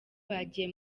bagiye